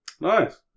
Nice